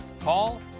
Call